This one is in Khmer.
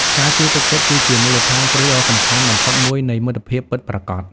ការជឿទុកចិត្តគឺជាមូលដ្ឋានគ្រឹះដ៏សំខាន់បំផុតមួយនៃមិត្តភាពពិតប្រាកដ។